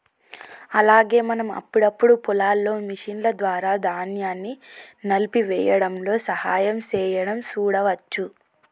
అలాగే మనం అప్పుడప్పుడు పొలాల్లో మిషన్ల ద్వారా ధాన్యాన్ని నలిపేయ్యడంలో సహాయం సేయడం సూడవచ్చు